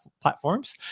platforms